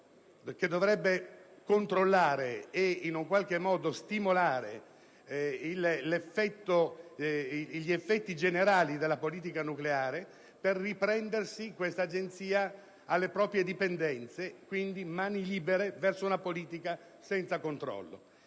che dovrebbe controllare, e in qualche modo stimolare, gli effetti generali della politica nucleare - per riprendere quest'Agenzia alle proprie dipendenze: mani libere, quindi, verso una politica senza controllo.